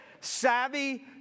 savvy